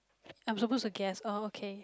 I am suppose to guess oh okay